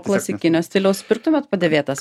klasikinio stiliaus pirktumėt padėvėtas